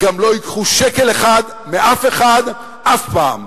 גם לא ייקחו שקל אחד מאף אחד אף פעם.